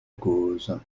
cause